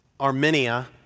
Armenia